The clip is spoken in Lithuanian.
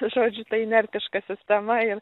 žodžiu tai inertiška sistema ir